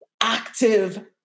active